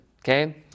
Okay